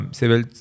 civil